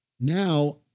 Now